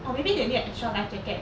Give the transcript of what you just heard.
or maybe they need extra life jacket